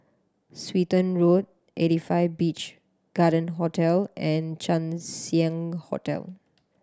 Swettenham Road Eighty Five Beach Garden Hotel and Chang Ziang Hotel